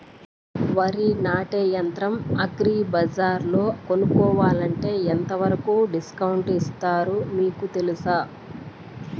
వరి నాటే యంత్రం అగ్రి బజార్లో కొనుక్కోవాలంటే ఎంతవరకు డిస్కౌంట్ ఇస్తారు మీకు తెలుసా?